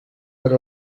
per